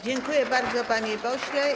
Dziękuję bardzo, panie pośle.